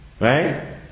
Right